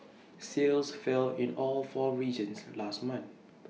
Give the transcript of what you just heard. sales fell in all four regions last month